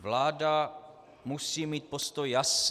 Vláda musí mít postoj jasný.